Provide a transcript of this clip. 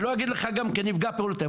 שלא אגיד לך גם כן נפגע פעולות איבה,